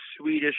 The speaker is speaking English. Swedish